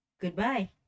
Goodbye